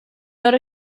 not